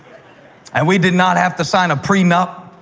and we did not have to sign a prenup.